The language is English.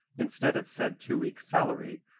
instead of said two weeks' salary,